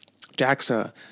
JAXA